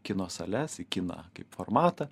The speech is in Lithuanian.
kino sales į kiną kaip formatą